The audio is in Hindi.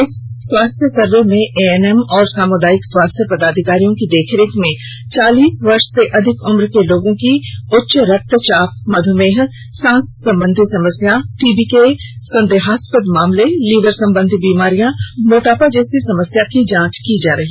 इस स्वास्थ्य सर्वे में एएनएम और सामुदायिक स्वास्थ्य पदाधिकारियों की देखरेख में चालीस वर्ष से अधिक उम्र के लोगों की उच्च रक्तचाप मध्यमेह सांस संबंधी समस्या टीबी के संदेहास्पद मामले लीवर संबंधी बीमारियों मोटापा जैसी समस्या की जांच की जा रही